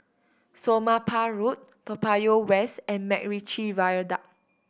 Somapah Road Toa Payoh West and MacRitchie Viaduct